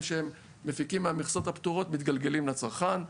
שהם מפיקים מהמכסות הפטורות מתגלגלים לצרכן.